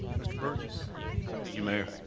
mr. burgess. thank you, mayor.